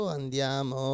andiamo